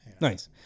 Nice